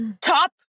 top